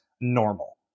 normal